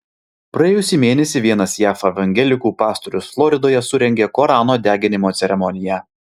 praėjusį mėnesį vienas jav evangelikų pastorius floridoje surengė korano deginimo ceremoniją